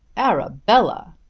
arabella!